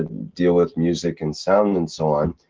deal with music and sound and so on,